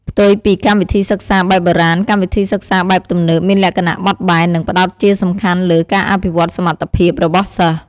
ផ្ទុយពីកម្មវិធីសិក្សាបែបបុរាណ កម្មវិធីសិក្សាបែបទំនើប មានលក្ខណៈ បត់បែន និងផ្តោតជាសំខាន់លើ ការអភិវឌ្ឍសមត្ថភាព របស់សិស្ស។